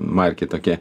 markė tokia